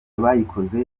bayikoze